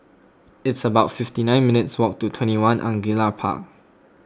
it's about fifty nine minutes' walk to twenty one Angullia Park